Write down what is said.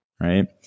right